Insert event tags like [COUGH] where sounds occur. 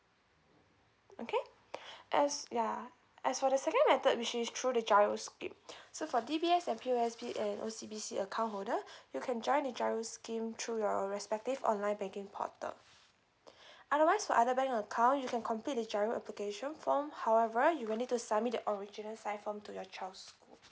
okay [BREATH] as ya as for the second method which is through the GIRO scheme [BREATH] so for D_B_S and P_O_S_B and O_C_B_C account holder [BREATH] you can join the GIRO scheme through your respective online banking portal [BREATH] otherwise for other bank account you can complete the GIRO application form however you will need to submit the original sign form to your child's school